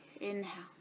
Inhale